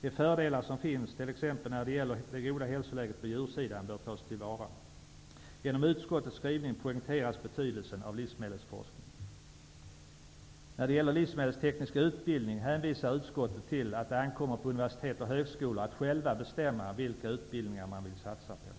De fördelar som finns t.ex. när det gäller det goda hälsoläget på djursidan bör tas till vara. Genom utskottets skrivning poängteras betydelsen av livsmedelsforskningen. När det gäller livsmedelsteknisk utbildning hänvisar utskottet till att det ankommer på universitet och högskolor själva att bestämma vilka utbildningar man vill satsa på.